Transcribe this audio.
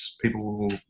people